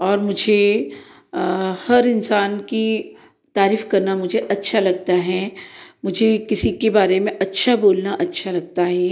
और मुझे हर इंसान की तारीफ करना मुझे अच्छा लगता है मुझे किसी के बारे में अच्छा बोलना अच्छा लगता है